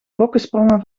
bokkensprongen